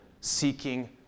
seeking